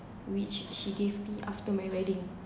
which she gave me after my wedding